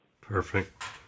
Perfect